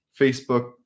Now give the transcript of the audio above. Facebook